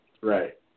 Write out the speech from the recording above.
Right